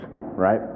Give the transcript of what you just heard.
Right